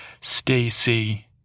Stacy